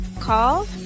call